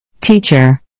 Teacher